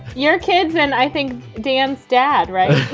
your kids and i think dan's dad, right?